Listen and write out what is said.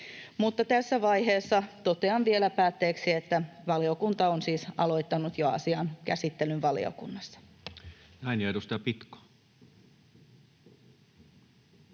Tässä vaiheessa totean vielä päätteeksi, että valiokunta on siis aloittanut jo asian käsittelyn valiokunnassa.